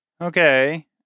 Okay